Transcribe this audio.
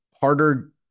harder